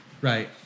Right